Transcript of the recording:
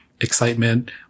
excitement